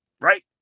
right